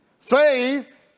Faith